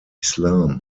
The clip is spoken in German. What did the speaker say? islam